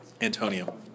Antonio